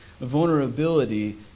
Vulnerability